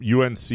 UNC